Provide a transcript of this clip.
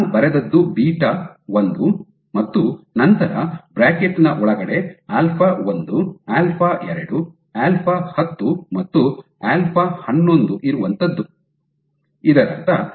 ನಾನು ಬರೆದದ್ದು ಬೀಟಾ ಒಂದು β1 ಮತ್ತು ನಂತರ ಬ್ರಾಕೆಟ್ ನ ಒಳಗೆ ಆಲ್ಫಾ ಒಂದು α1 ಆಲ್ಫಾ ಎರಡು α2 ಆಲ್ಫಾ ಹತ್ತು α10 ಮತ್ತು ಆಲ್ಫಾ ಹನ್ನೊಂದು α11 ಇರುವಂತ್ತದ್ದು